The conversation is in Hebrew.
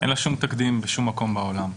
אין לה שום תקדים בשום מקום בעולם.